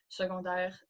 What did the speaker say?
secondaire